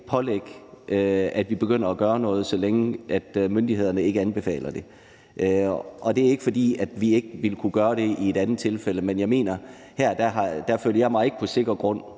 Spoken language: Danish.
at vi begynder at gøre noget, så længe myndighederne ikke anbefaler det. Det er ikke, fordi vi ikke ville kunne gøre det i et andet tilfælde, men her føler jeg mig ikke på sikker nok